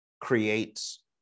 creates